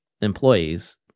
employees